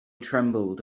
trembled